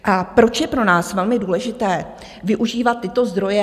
A proč je pro nás velmi důležité využívat tyto zdroje?